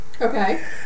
Okay